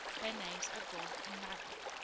their names are gog and magog.